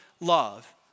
love